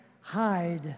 hide